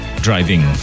driving